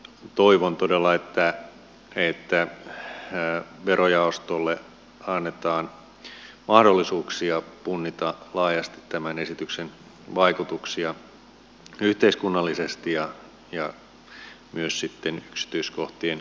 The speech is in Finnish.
toivon todella että verojaostolle annetaan mahdollisuuksia punnita laajasti tämän esityksen vaikutuksia yhteiskunnallisesti ja myös sitten yksityiskohtien hiomiseen